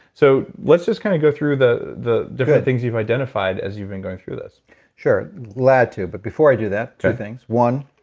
so let's just kind of go through the the different things you've identified as you've been going through this sure. glad to, but before i do that, two things. one,